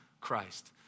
Christ